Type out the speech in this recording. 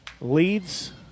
leads